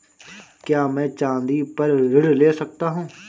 क्या मैं चाँदी पर ऋण ले सकता हूँ?